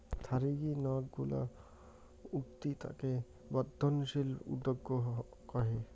থারিগী নক গুলো উঠতি তাকে বর্ধনশীল উদ্যোক্তা কহে